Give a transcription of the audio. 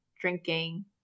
drinking